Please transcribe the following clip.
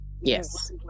yes